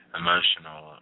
emotional